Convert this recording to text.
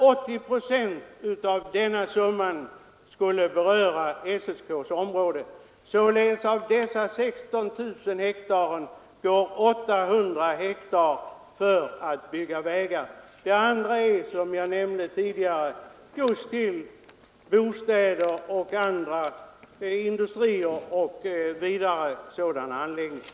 80 procent av den summan skulle beröra SSK s område. Av nämnda 16 000 hektar går 8 000 hektar åt för vägbygge. Resten går, som jag nämnde tidigare, till bostäder, industrier och dylika anläggningar.